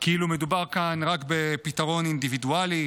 כאילו מדובר כאן רק בפתרון אינדיווידואלי